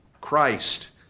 Christ